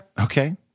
Okay